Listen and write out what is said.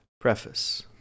Preface